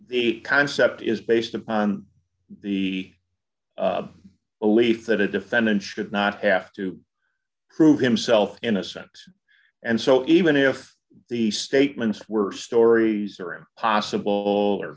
the concept is based upon the belief that a defendant should not have to prove himself innocent and so even if the statements were stories or impossible or